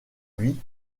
vie